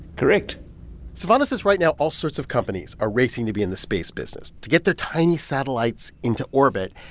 correct silvano says right now all sorts of companies are racing to be in the space business, to get the tiny satellites into orbit.